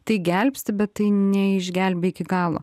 tai gelbsti bet tai neišgelbėja iki galo